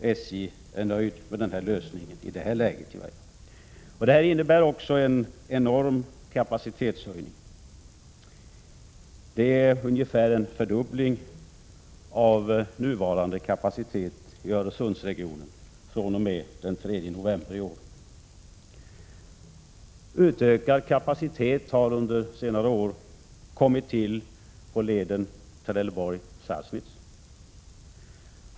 SJ är nöjt med denna lösning i det här läget. Det är fråga om en enorm kapacitetshöjning fr.o.m. den 3 november i år — ungefär en fördubbling av nuvarande kapacitet i Öresundsregionen. Utökad kapacitet har under senare år kommit till på leden Trelleborg Sassnitz.